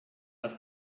das